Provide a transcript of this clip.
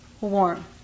warm